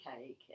cake